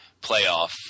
playoff